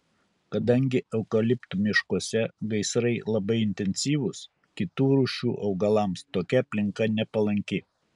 kadangi eukaliptų miškuose gaisrai labai intensyvūs kitų rūšių augalams tokia aplinka nepalanki